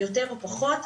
יותר או פחות,